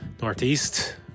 Northeast